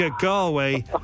Galway